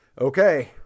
Okay